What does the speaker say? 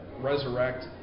resurrect